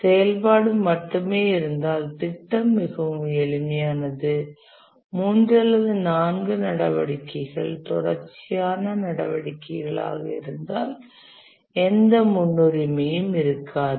செயல்பாடு மட்டுமே இருந்தால் திட்டம் மிகவும் எளிமையானது 3 அல்லது 4 நடவடிக்கைகள் தொடர்ச்சியான நடவடிக்கைகளாக இருந்தால் எந்த முன்னுரிமையும் இருக்காது